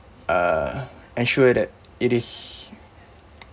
uh ensure that it is